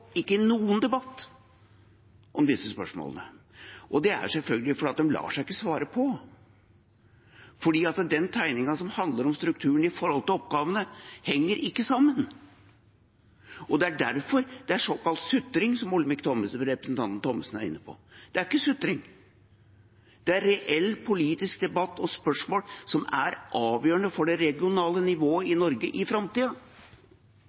i noen debatt om disse spørsmålene. Det er selvfølgelig fordi det ikke lar seg svare på, for den tegningen som handler om strukturen i forhold til oppgavene, henger ikke sammen. Det er derfor det er såkalt sutring, som representanten Olemic Thommessen er inne på. Det er ikke sutring, det er reell politisk debatt og spørsmål som er avgjørende for det regionale nivået i